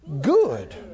good